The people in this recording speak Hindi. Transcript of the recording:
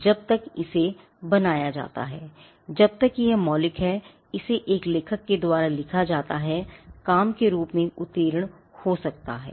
जब तक इसे बनाया जाता है जब तक यह मौलिक हैऔर इसे एक लेखक के द्वारा किया जाता है काम के रूप में उत्तीर्ण हो सकता है